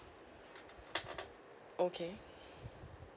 okay